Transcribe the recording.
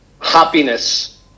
happiness